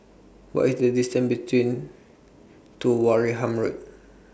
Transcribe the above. What IS The distance between to Wareham Road